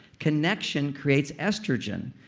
connection creates estrogen.